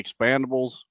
expandables